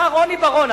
השר רוני בר-און,